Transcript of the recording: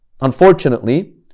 Unfortunately